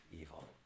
evil